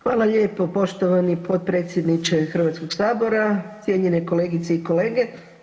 Hvala lijepo poštovani potpredsjedniče Hrvatskog sabora, cijenjene kolegice i kolege.